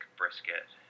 brisket